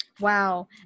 Wow